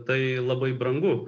tai labai brangu